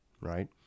Right